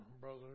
Brother